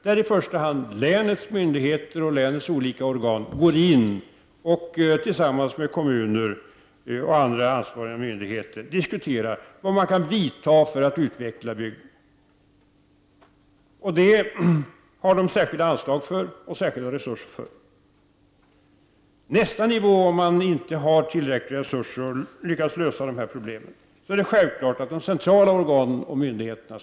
Då får länets myndigheter och olika organ tillsammans med kommuner och andra ansvariga myndigheter diskutera vilka åtgärder som kan vidtas för att bygden skall utvecklas. Det finns särskilda anslag och resurser för detta ändamål. Nästa nivå — alltså om resurser fortfarande saknas — är självfallet att koppla in centrala organ och myndigheter.